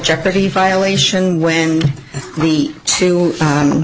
jeopardy violation when we to